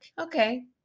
Okay